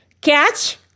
Catch